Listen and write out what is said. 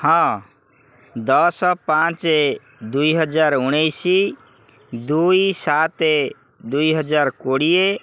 ହଁ ଦଶ ପାଞ୍ଚ ଦୁଇହଜାର ଉଣେଇଶ ଦୁଇ ସାତ ଦୁଇହଜାର କୋଡ଼ିଏ